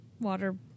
water